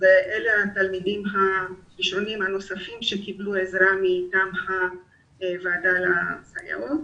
אלה התלמידים הראשונים הנוספים שקיבלו עזרה מטעם הוועדה לסייעות.